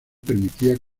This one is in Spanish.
permitía